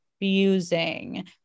confusing